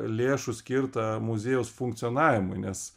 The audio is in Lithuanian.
lėšų skirta muziejaus funkcionavimui nes